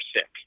sick